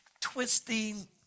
twisting